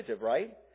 right